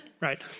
right